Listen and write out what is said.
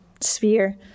sphere